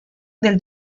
del